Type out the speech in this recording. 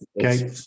Okay